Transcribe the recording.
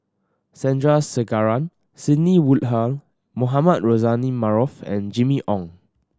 Sandrasegaran Sidney Woodhull Mohamed Rozani Maarof and Jimmy Ong